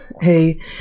hey